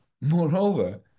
moreover